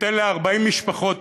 שייתן ל-40 משפחות